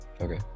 Okay